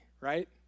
right